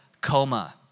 coma